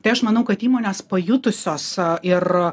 tai aš manau kad įmonės pajutusios ir